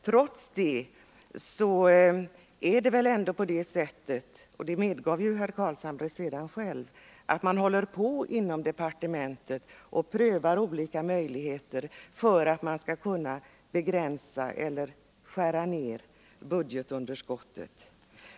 Trots det är det väl ändå på det sättet — och det medgav herr Carlshamre sedan själv — att man håller på inom departementen och prövar olika möjligheter att skära ner budgetunderskottet.